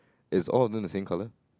is all of them the same colour